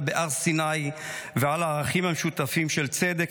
בהר סיני ועל הערכים המשותפים של צדק,